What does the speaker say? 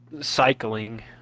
cycling